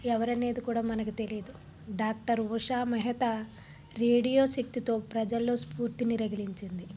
ఎవరనేది కూడా మనకి తెలీదు డాక్టర్ ఉషా మెహతా రేడియో శక్తితో ప్రజల్లో స్పూర్తిని రగిలించింది